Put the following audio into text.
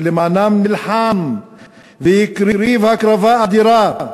שלמענם הוא נלחם והקריב הקרבה אדירה,